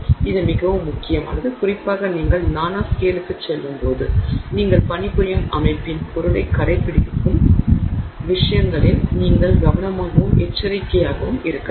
இது மிகவும் முக்கியமானது குறிப்பாக நீங்கள் நாணோஸ்கேல்லுகுச் செல்லும்போது நீங்கள் பணிபுரியும் அமைப்பின் பொருள்களைக் கடைப்பிடிக்கும் விஷயங்களில் நீங்கள் கவனமாகவும் எச்சரிக்கையாகவும் இருக்க வேண்டும்